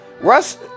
Russ